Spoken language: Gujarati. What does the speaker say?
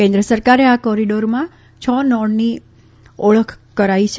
કેન્દ્ર સરકારે આ કોરીડોરમાં છ નોડની ઓળખ થશે